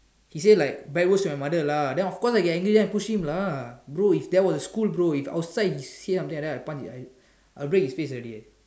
he say like bad words to my mother lah then of course I angry then I push him lah bro if that was school bro if outside he say something like that I will punch his I break his face already eh